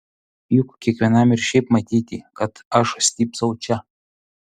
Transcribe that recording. juk kiekvienam ir šiaip matyti kad aš stypsau čia